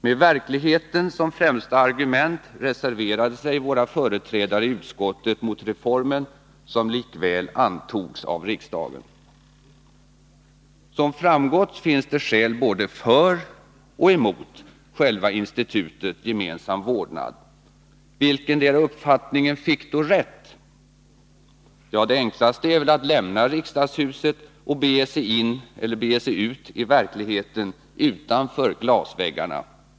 Med verkligheten som främsta argument reserverade sig våra företrädare i utskottet mot reformen, som likväl antogs av riksdagen. Som framgått finns det skäl både för och emot själva institutet gemensam vårdnad. Vilkendera uppfattningen fick då rätt? Ja, det enklaste är väl att lämna riksdagshuset och bege sig ut i verkligheten utanför glasväggarna.